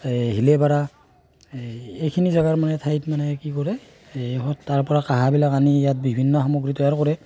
এই হিলেইপাৰা এই এইখিনি জেগাৰ মানে ঠাইত মানে কি কৰে এই হ তাৰ পৰা কাঁহবিলাক আনি ইয়াত বিভিন্ন সামগ্ৰী তৈয়াৰ কৰে